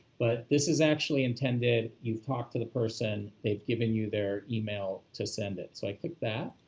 but this is actually intended you've talk to the person, they've given you their email to send it. so i click that,